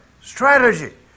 Strategy